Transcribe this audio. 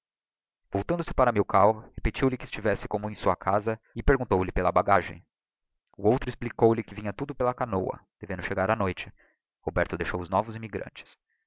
voltando-se para milkau repetiu-lhe que estivesse como em sua casa e perguntou-lhe pela bagagem o outro explicou-lhe que vinha tudo pela canoa devendo chegar á noite roberto deixou os novos immigrantes